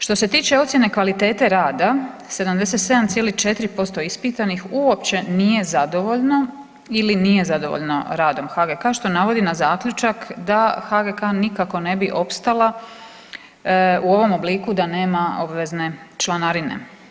Što se tiče ocjene kvalitete rada 77,4% ispitanih uopće nije zadovoljno ili nije zadovoljno radom HGK što navodi na zaključak da HGK nikako ne bi opstala u ovom obliku da nema obvezne članarine.